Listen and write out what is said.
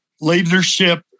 Leadership